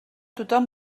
tothom